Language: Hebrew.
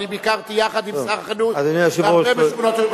אני ביקרתי יחד עם שר החינוך בהרבה משכונות ירושלים.